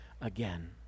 again